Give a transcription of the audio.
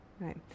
Right